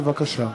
בבקשה.